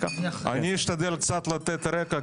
אני אשתדל קצת לתת רקע,